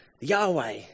Yahweh